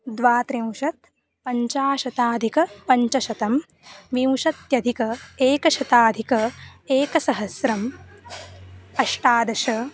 द्वात्रिंशत् पञ्चाशताधिक पञ्चशतं विंशत्यधिक एकशताधिक एकसहस्रम् अष्टादश